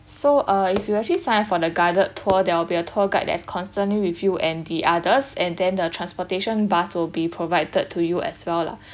so uh if you actually signed for the guided tour there will be a tour guide that's constantly with you and the others and then the transportation bus will be provided to you as well lah